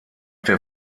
der